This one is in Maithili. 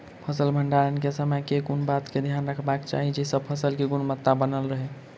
फसल भण्डारण केँ समय केँ कुन बात कऽ ध्यान मे रखबाक चाहि जयसँ फसल केँ गुणवता बनल रहै?